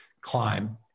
climb